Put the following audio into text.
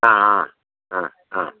ആ ആ അ അ